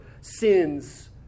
sins